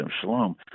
shalom